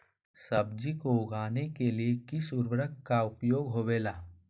सब्जी को उगाने के लिए किस उर्वरक का उपयोग होबेला?